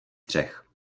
střech